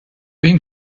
been